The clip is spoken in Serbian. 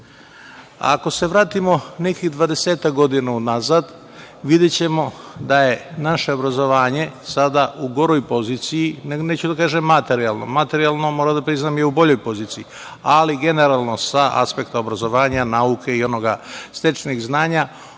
se vratimo nekih 20-ak godina unazad, videćemo da je naše obrazovanje sada u goroj poziciji, neću da kažem materijalnoj, materijalno moram da priznam je u boljoj poziciji, ali generalno sa aspekta obrazovanja, nauke i stečenih znanja